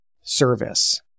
service